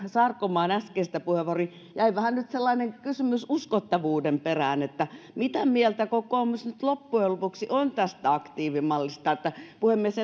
sarkomaan äskeistä puheenvuoroa niin jäi vähän nyt sellainen kysymys uskottavuuden perään mitä mieltä kokoomus nyt loppujen lopuksi on tästä aktiivimallista puhemies